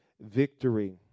victory